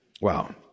Wow